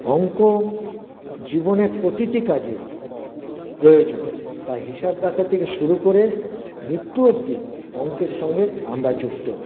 অঙ্ক জীবনের প্রতিটি কাজে প্রয়োজন তাই হিসাব রাখা থেকে শুরু করে মৃত্যু অব্দি অঙ্কের সঙ্গে আমরা যুক্ত